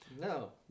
No